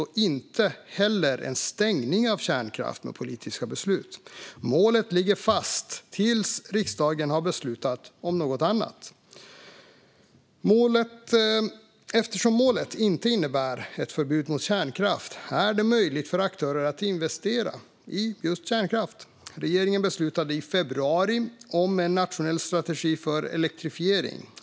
Det innebär inte heller en stängning av kärnkraft genom politiska beslut. Målet ligger fast tills riksdagen har beslutat om något annat. Eftersom målet inte innebär ett förbud mot kärnkraft är det möjligt för aktörer att investera i just kärnkraft. Regeringen beslutade i februari om en nationell strategi för elektrifiering.